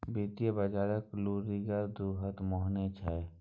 वित्तीय बजारक लुरिगर दु तरहक मेन होइ छै